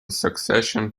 succession